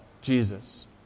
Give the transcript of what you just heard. Jesus